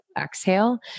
Exhale